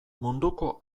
munduko